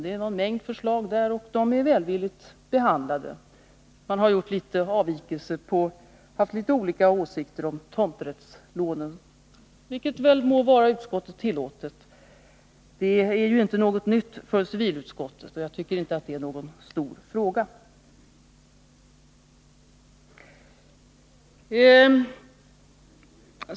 Det finns en mängd förslag i den, och de är välvilligt behandlade. Utskottet har gjort små avvikelser och haft litet olika åsikter om tomträttslånen, vilket väl må vara utskottet tillåtet. Det är ju inte något nytt när det gäller civilutskottet, och jag tycker inte att det är någon stor fråga.